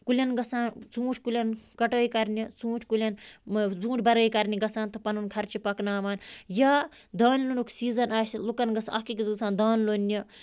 کُلٮ۪ن گژھان ژوٗنٛٹھۍ کُلٮ۪ن کَٹٲے کَرنہِ ژوٗنٛٹھۍ کُلٮ۪ن بَرٲے کَرنہِ گژھان تہٕ پَنُن خرچہٕ پَکناوان یا دانہِ لُنُک سیٖزَن آسہِ لُکَن گٔژھ اَکھ أکٕس گژھان دانہٕ لونہِ